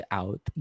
out